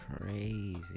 crazy